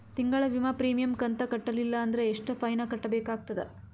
ತಿಂಗಳ ವಿಮಾ ಪ್ರೀಮಿಯಂ ಕಂತ ಕಟ್ಟಲಿಲ್ಲ ಅಂದ್ರ ಎಷ್ಟ ಫೈನ ಕಟ್ಟಬೇಕಾಗತದ?